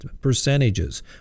percentages